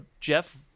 Jeff